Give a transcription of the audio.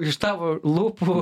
iš tavo lūpų